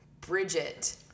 Bridget